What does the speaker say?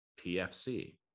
PFC